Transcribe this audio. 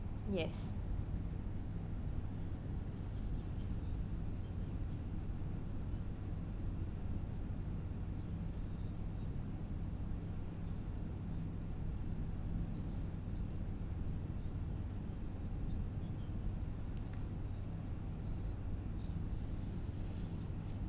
yes